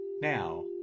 Now